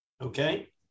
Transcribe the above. Okay